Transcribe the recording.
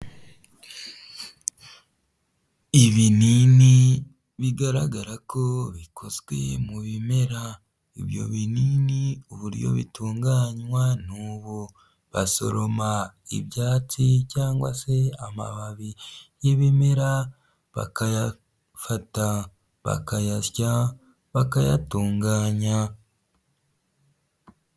Ibinini bigaragara ko bikozwe mu bimera. Ibyo binini uburyo bitunganywa n'ubu : 'basoroma ibyatsi cyangwa se amababi y'ibimera, bakayafata bakayasya, bakayatunganya.